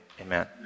Amen